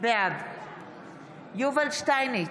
בעד יובל שטייניץ,